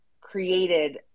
created